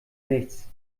nichts